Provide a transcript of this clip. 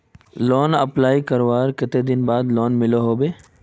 Loan apply करवार कते दिन बाद लोन मिलोहो होबे?